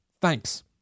Thanks